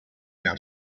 out